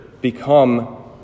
become